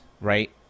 right